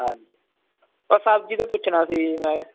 ਹਾਂਜੀ ਬਸ ਸਬਜ਼ੀ ਦਾ ਪੁੱਛਣਾ ਸੀ ਜੀ ਮੈਂ